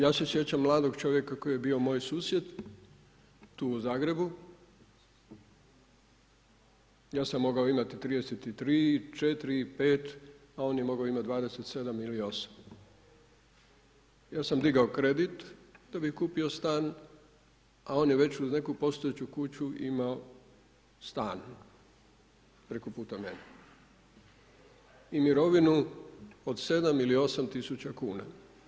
Ja se sjećam mladog čovjeka koji je bio moj susjed tu u Zagrebu, ja sam mogao imati 33, 4, 5, a on je mogao imati 27 ili 8. Ja sam digao kredit da bi kupio stan, a on je već uz neku postojeću kuću imao stan preko puta mene i mirovinu od 7 ili 8 tisuća kuna.